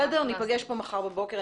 ניפגש פה מחר בבוקר.